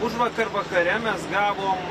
užvakar vakare mes gavom